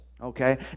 okay